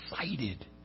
excited